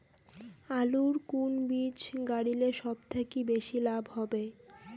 আলুর কুন বীজ গারিলে সব থাকি বেশি লাভ হবে?